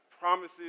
promises